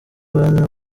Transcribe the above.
bene